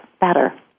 better